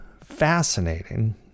fascinating